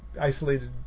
isolated